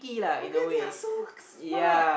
okay they are so smart